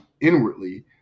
inwardly